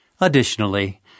Additionally